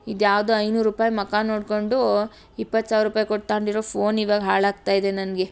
ಇದು ಯಾವ್ದೊ ಐನೂರು ರೂಪಾಯ್ ಮುಖ ನೋಡಿಕೊಂಡು ಇಪ್ಪತ್ತು ಸಾವಿರ ರೂಪಾಯ್ ಕೊಟ್ಟು ತಂದಿರೊ ಫೋನ್ ಇವಾಗ ಹಾಳಾಗ್ತಾಯಿದೆ ನನಗೆ